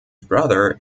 brother